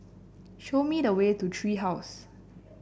show me the way to Tree House